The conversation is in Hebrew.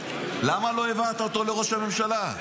למה לא העברת אותו לראש הממשלה?